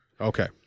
Okay